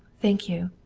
thank you.